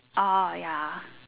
orh ya